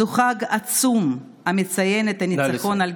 זה חג עצום המציין את הניצחון, נא לסיים.